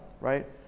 Right